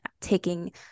taking